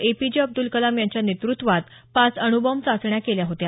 ए P J Abdul Kalam यांच्या नेतृत्वात पाच अणुबॉम्ब चाचण्या केल्या होत्या